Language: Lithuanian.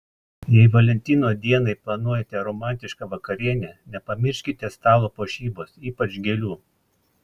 jei valentino dienai planuojate romantišką vakarienę nepamirškite stalo puošybos ypač gėlių